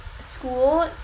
school